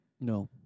no